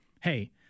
hey